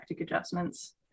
adjustments